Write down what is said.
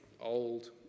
old